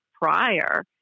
prior